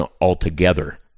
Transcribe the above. altogether